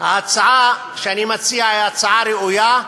ההצעה שאני מציע היא הצעה ראויה.